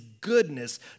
goodness